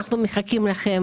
אנחנו מחכים לכם.